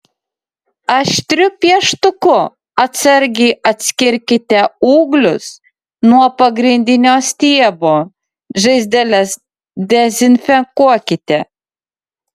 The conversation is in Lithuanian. aštriu pieštuku atsargiai atskirkite ūglius nuo pagrindinio stiebo žaizdeles dezinfekuokite